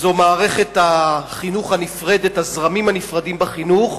מערכת החינוך הנפרדת, הזרמים הנפרדים בחינוך,